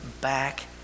back